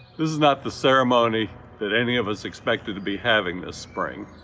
this is not the ceremony that any of us expected to be having this spring.